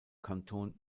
kanton